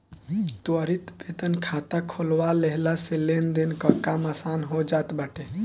त्वरित वेतन खाता खोलवा लेहला से लेनदेन कअ काम आसान हो जात बाटे